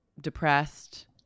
depressed